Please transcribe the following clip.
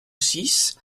six